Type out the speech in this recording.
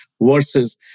versus